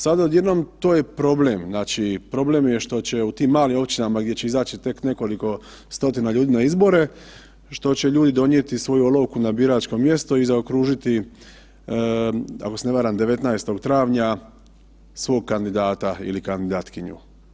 Sada odjednom, to je problem, znači problem je što će u tim malim općinama gdje će izaći tek nekoliko stotina ljudi na izbore, što će ljudi donijeti svoju olovku na biračko mjesto i zaokružiti, ako se ne varam 19. travnja, svog kandidata ili kandidatkinju.